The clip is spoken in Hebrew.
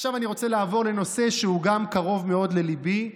עכשיו אני רוצה לעבור לנושא שגם הוא קרוב מאוד לליבי,